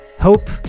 hope